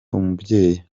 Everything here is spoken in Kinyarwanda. umubyeyi